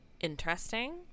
interesting